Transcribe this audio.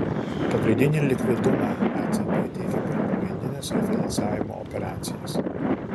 pagrindinį likvidumą ecb teikia per pagrindines refinansavimo operacijas